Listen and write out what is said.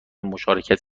مشارکت